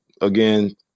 again